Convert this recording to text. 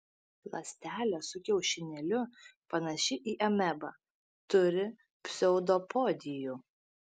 ląstelė su kiaušinėliu panaši į amebą turi pseudopodijų